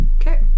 Okay